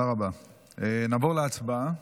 נעבור להצבעה.